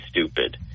stupid